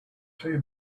two